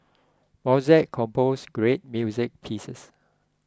Mozart composed great music pieces